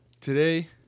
Today